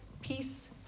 peace